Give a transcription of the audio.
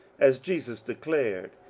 as jesus declared,